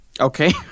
Okay